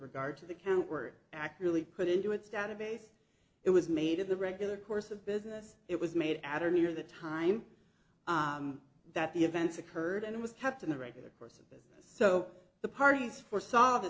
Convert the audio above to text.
regard to the count word act really put into its database it was made of the regular course of business it was made at or near the time that the events occurred and it was kept in the regular courses so the parties for saw the